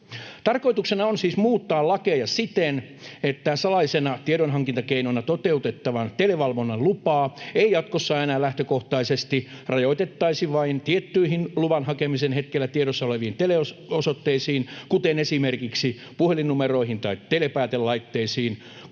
Tarkoituksena on siis muuttaa lakeja siten, että salaisena tiedonhankintakeinona toteutettavan televalvonnan lupaa ei jatkossa enää lähtökohtaisesti rajoitettaisi vain tiettyihin luvan hakemisen hetkellä tiedossa oleviin teleosoitteisiin, kuten esimerkiksi puhelinnumeroihin, tai telepäätelaitteisiin,